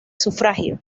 sufragio